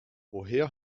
woher